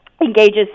engages